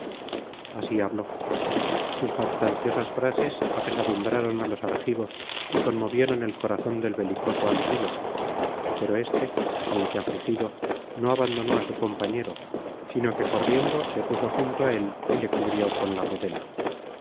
así habló sus jactanciosas frases apesadumbraron á los argivos y conmovieron el corazón del belicoso antíloco pero éste aunque afligido no abandonó á su compañero sino que corriendo se puso junto á él y le cubrió con la rodela